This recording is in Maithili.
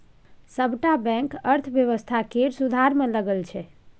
सबटा बैंक अर्थव्यवस्था केर सुधार मे लगल छै